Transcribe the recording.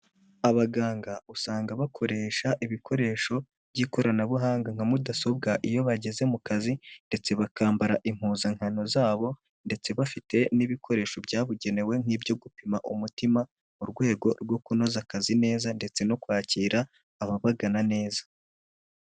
Abaganga usanga bakoresha ibikoresho by'ikoranabuhanga nka mudasobwa iyo bageze mu kazi ndetse bakambara impuzankano zabo, ndetse bafite n'ibikoresho byabugenewe nk'ibyo gupima umutima mu rwego rwo kunoza akazi neza ndetse no kwakira ababagana neza.